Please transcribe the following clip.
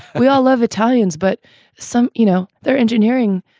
we all love italians, but some you know, they're engineering